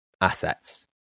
assets